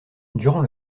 durant